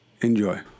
enjoy